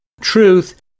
Truth